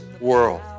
world